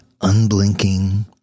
unblinking